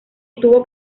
estuvo